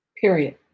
period